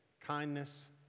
kindness